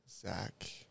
Zach